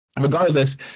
regardless